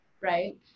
right